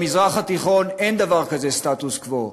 במזרח התיכון אין דבר כזה סטטוס קוו,